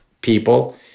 people